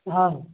ಹಾಂ ರೀ